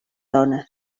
dones